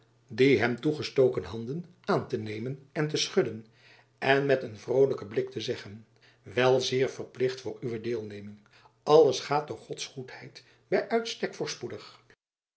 de hem toegestoken handen aan te nemen en te schudden en met een vrolijken blik te zeggen wel zeer verplicht voor jacob van lennep elizabeth musch uwe deelneming alles gaat door gods goedheid by uitstek voorspoedig